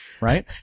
right